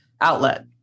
outlet